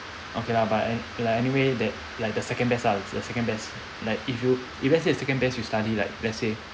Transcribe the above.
okay lah but an~ like anyway that like the second best lah the second best like if you if let's say the second best you study like let's say